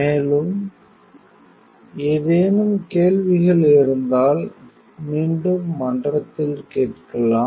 மேலும் ஏதேனும் கேள்விகள் இருந்தால் மீண்டும் மன்றத்தில் கேட்கலாம்